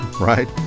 right